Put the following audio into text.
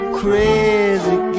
crazy